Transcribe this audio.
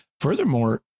Furthermore